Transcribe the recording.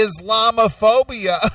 Islamophobia